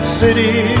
city